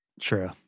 True